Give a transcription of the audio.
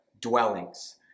dwellings